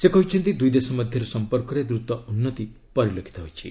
ସେ କହିଛନ୍ତି ଦୁଇ ଦେଶ ମଧ୍ୟରେ ସମ୍ପର୍କରେ ଦ୍ରୁତ ଉନ୍ନତି ପରିଲକ୍ଷିତ ହୋଇଛି